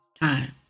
time